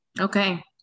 okay